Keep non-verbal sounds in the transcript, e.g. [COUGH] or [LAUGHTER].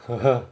[LAUGHS]